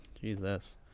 Jesus